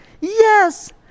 Yes